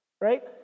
right